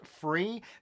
free